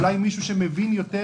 אולי על ידי מישהו שמבין יותר,